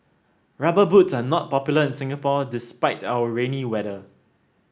rubber boots are not popular in Singapore despite our rainy weather